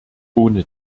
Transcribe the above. ohne